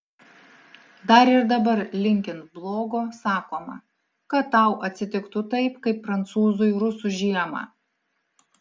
dar ir dabar linkint blogo sakoma kad tau atsitiktų taip kaip prancūzui rusų žiemą